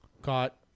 Caught